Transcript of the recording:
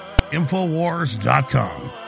Infowars.com